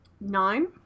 Nine